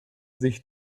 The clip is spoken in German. sich